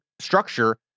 structure